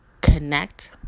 connect